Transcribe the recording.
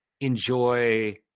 enjoy –